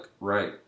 right